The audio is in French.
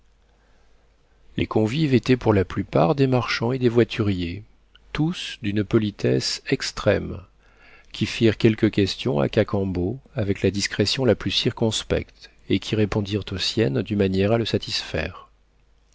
les convives étaient pour la plupart des marchands et des voituriers tous d'une politesse extrême qui firent quelques questions à cacambo avec la discrétion la plus circonspecte et qui répondirent aux siennes d'une manière à le satisfaire